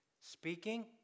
speaking